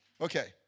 Okay